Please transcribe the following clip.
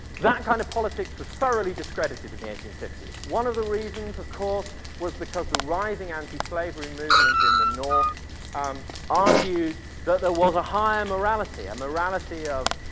that kind of politics was thoroughly discredited in the eighteen fifty s, one of the reasons of course was because the rising anti-slavery movement in the north argued that there was a higher morality, a morality of